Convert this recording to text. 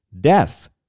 death